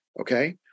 Okay